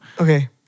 Okay